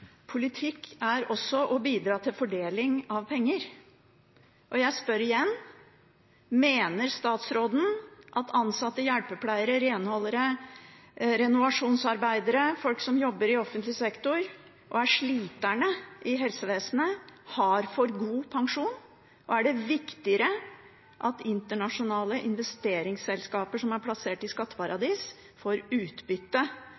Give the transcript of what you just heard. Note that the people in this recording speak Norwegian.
Politikk er også å bidra til fordeling av penger – og jeg spør igjen: Mener statsråden at ansatte hjelpepleiere, renholdere, renovasjonsarbeidere, folk som jobber i offentlig sektor og er sliterne i helsevesenet, har for god pensjon? Er det viktigere at internasjonale investeringsselskaper som er plassert i